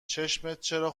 چرا